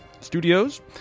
Studios